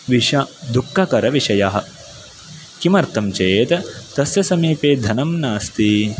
विश दुःखकरविषयः किमर्थं चेत् तस्य समीपे धनं नास्ति